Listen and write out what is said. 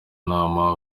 nama